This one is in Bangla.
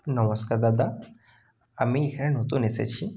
নমস্কার দাদা আমি এখানে নতুন এসেছি